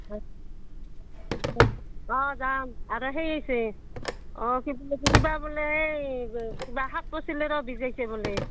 হয় হয় অঁ যাম আৰু সেই আহিছে অঁ কিবাকিবি কিবা বোলে এই কিবা শাক পাচলিৰো বীজ আহিছে বোলে